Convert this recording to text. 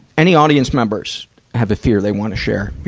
any audience members have a fear they wanna share?